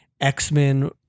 X-Men